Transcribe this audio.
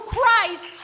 Christ